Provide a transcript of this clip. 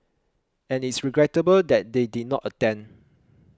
and it's regrettable that they did not attend